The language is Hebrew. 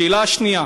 שאלה שנייה